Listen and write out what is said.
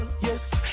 Yes